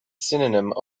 synonym